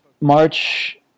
March